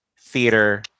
theater